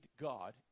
God